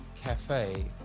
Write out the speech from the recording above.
cafe